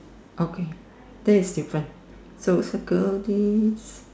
okay then is different so circle this